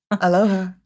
Aloha